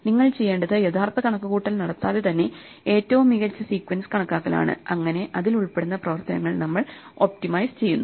നിങ്ങൾ ചെയ്യേണ്ടത് യഥാർത്ഥ കണക്കുകൂട്ടൽ നടത്താതെ തന്നെ ഏറ്റവും മികച്ച സീക്വൻസ് കണക്കാക്കലാണ് അങ്ങിനെ അതിൽ ഉൾപ്പെടുന്ന പ്രവർത്തനങ്ങൾ നമ്മൾ ഒപ്റ്റിമൈസ് ചെയ്യുന്നു